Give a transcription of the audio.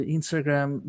Instagram